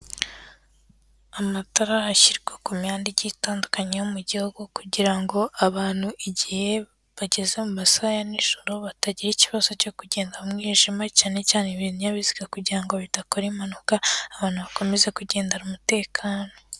Amatara ashyirwa ku mihanda igiye itandukanye yo mu gihugu, kugira ngo abantu igihe bageze mu masaha ya nijoro batagira ikibazo cyo kugenda mu mwijima cyane cyane ibinyabiziga kugira bidakora impanuka, abantu bakomeza kugendana umutekano.